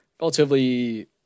relatively